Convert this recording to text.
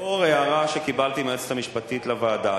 לאור ההערה שקיבלתי מהיועצת המשפטית של הוועדה,